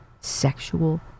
sexual